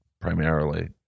primarily